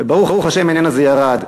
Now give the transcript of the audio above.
וברוך השם העניין הזה ירד.